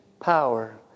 power